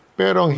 pero